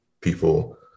people